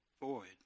void